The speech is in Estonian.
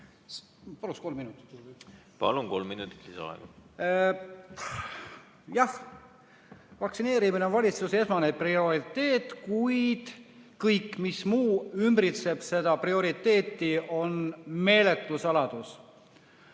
Palun, kolm minutit lisaaega! Palun, kolm minutit lisaaega! Jah, vaktsineerimine on valitsuse esmane prioriteet, kuid kõik muu, mis ümbritseb seda prioriteeti, on meeletu saladus.